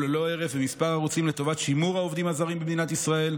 ללא הרף בכמה ערוצים לטובת שימור העובדים הזרים במדינת ישראל,